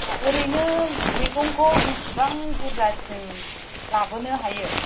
ओरैनो मैगंखौ बेसेबां बुरजासिम लाबोनो हायो